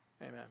Amen